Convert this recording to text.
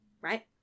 Right